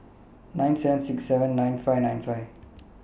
nine seven six seven nine five nine five